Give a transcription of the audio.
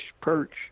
perch